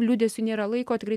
liūdesiui nėra laiko tikrai